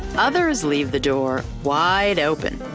others leave the door wide open.